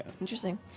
interesting